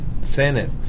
Senate